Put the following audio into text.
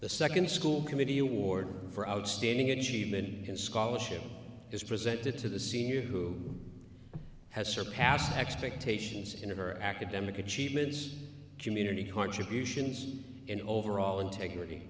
the second school committee you ward for outstanding achievement in scholarship is presented to the seniors who has surpassed expectations in her academic achievements community contributions and overall integrity